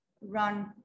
run